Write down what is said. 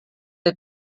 der